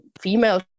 female